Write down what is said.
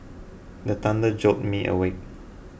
the thunder jolt me awake